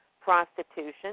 prostitution